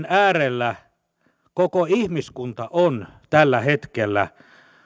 äärellä koko ihmiskunta on tällä hetkellä